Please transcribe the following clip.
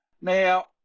Now